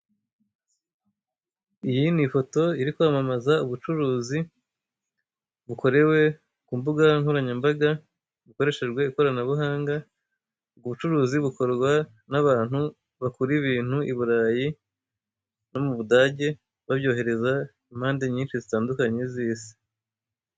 Iyi ni ifoto iri kwamamaza ubucuruzi bukorewe ku mbuga nkoranyambaga bukoreshejwe ikoranabuhanga. Ubwo bucuruzi bukorwa n'abantu bakura ibintu i Burayi no mu Budage babyohereza impande nyinshi zitandukanye z'isi.